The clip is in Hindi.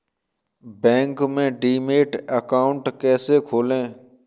बैंक में डीमैट अकाउंट कैसे खोलें?